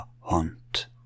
hunt